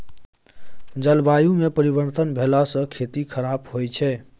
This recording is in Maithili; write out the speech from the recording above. जलवायुमे परिवर्तन भेलासँ खेती खराप होए छै